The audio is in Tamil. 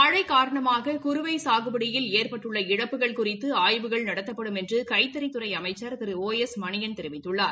மழை காரணமாக குறுவை எகுபடியில் ஏற்பட்டுள்ள இழப்புகள் குறிதது ஆய்வுகள் நடத்தப்படும் என்று கைத்தறித்துறை அமைச்ச் திரு ஓ எஸ் மணியன் தெரிவித்துள்ளார்